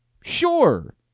sure